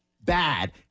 bad